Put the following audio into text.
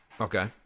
Okay